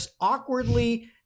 awkwardly